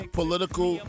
political